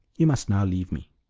you must now leave me.